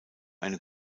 eine